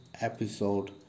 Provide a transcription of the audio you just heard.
episode